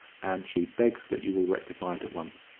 and she begs that you will rectify it at once.